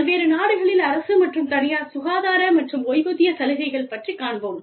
பல்வேறு நாடுகளில் அரசு மற்றும் தனியார் சுகாதார மற்றும் ஓய்வூதிய சலுகைகள் பற்றிக் காண்போம்